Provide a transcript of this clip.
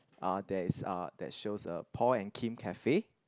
uh there is uh that shows a Paul and Kim cafe